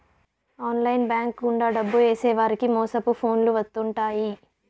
online bank గుండా డబ్బు ఏసేవారికి మోసపు ఫోన్లు వత్తుంటాయి